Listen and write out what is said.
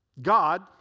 God